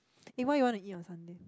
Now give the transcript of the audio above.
eh what you wanna eat on Sunday